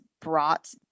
brought